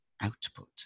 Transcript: output